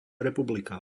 republika